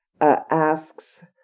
asks